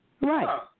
Right